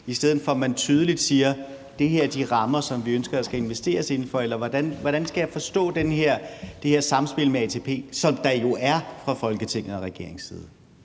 i stedet for at man tydeligt siger, at det her er de rammer, som vi ønsker der skal investeres inden for? Eller hvordan skal jeg forstå det her samspil med ATP, som der jo er fra Folketingets og regeringens side?